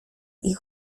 ich